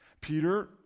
Peter